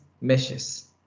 meshes